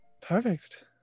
Perfect